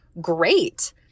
great